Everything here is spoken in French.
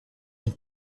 une